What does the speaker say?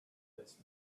this